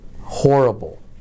horrible